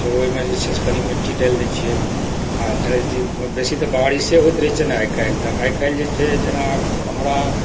जे छै ओहिमे जे छै से कनि मिट्टी डालि दय छियै आ जय दिन बेसी तऽ बारिशे होइत छै न आइकाल्हि तऽ आइकाल्हि जे छै न जेना हमरा